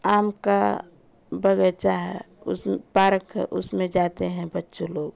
आम का बगीचा है उसमें पारक है उसमें जाते हैं बच्चे लोग